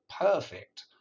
perfect